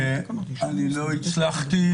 לא הצלחתי,